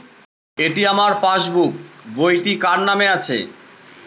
এটি আমার পাসবুক বইটি কার নামে আছে?